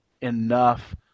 enough